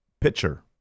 pitcher